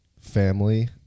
family